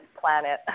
planet